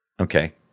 okay